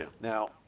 Now